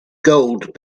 gold